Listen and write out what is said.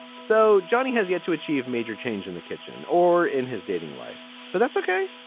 and so johnny has yet to achieve major change in the kitchen or in his dating life, but that's ok.